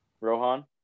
Rohan